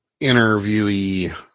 interviewee